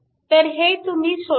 तर हे तुम्ही सोडवा